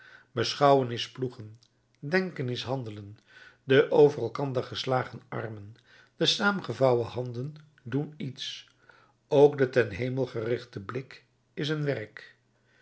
beschouwen is ploegen denken is handelen de over elkander geslagen armen de saamgevouwen handen doen iets ook de ten hemel gerichte blik is een werk